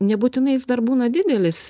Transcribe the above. nebūtinai jis dar būna didelis